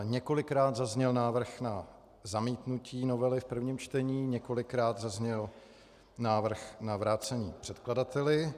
Několikrát padl návrh na zamítnutí novely v prvním čtení, několikrát zazněl návrh na vrácení předkladateli.